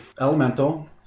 elemental